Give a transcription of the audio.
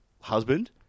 husband